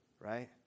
Right